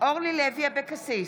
אורלי לוי אבקסיס,